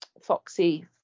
Foxy